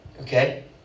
Okay